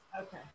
Okay